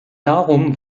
darum